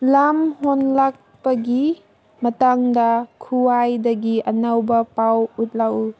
ꯂꯝ ꯍꯣꯡꯂꯛꯄꯒꯤ ꯃꯇꯥꯡꯗ ꯈ꯭ꯋꯥꯏꯗꯒꯤ ꯑꯅꯧꯕ ꯄꯥꯎ ꯎꯠꯂꯛꯎ